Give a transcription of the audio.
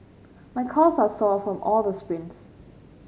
my calves are sore from all the sprints